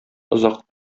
озак